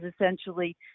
essentially